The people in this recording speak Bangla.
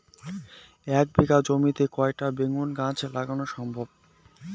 এক বিঘা জমিতে কয়টা বেগুন গাছ লাগানো সম্ভব?